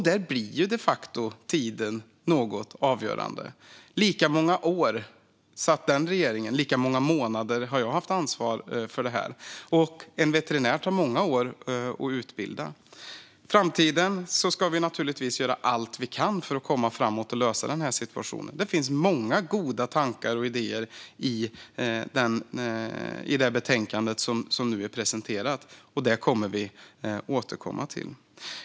Där blir ju de facto tiden avgörande. Lika många år som den regeringen satt, lika många månader har jag haft ansvar för detta område. Och det tar många år att utbilda en veterinär. När det gäller framtiden kan jag säga att vi naturligtvis ska göra allt vi kan för att komma framåt och lösa den här situationen. Det finns många goda tankar och idéer i det betänkande som nu har presenterats, och det kommer vi att återkomma till.